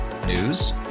News